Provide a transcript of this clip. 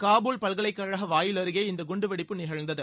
காபூல் பல்கலைக்கழக வாயிலருகே இந்த குண்டுவெடிப்பு நிகழ்ந்தது